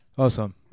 Awesome